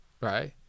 right